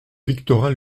victorin